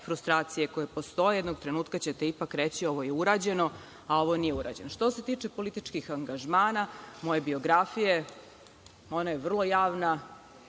frustracije koje postoje, jednog trenutka ipak reći – ovo je urađeno, a ovo nije urađeno. Što se tiče političkih angažmana, moje biografije, ona je vrlo javna,